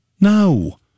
No